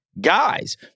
guys